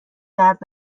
درد